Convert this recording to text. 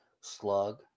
Slug